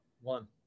One